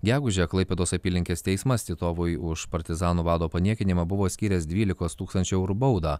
gegužę klaipėdos apylinkės teismas titovui už partizanų vado paniekinimą buvo skyręs dvylikos tūkstančių eurų baudą